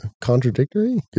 contradictory